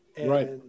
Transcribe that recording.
Right